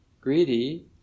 greedy